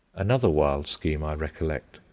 another wild scheme i recollect.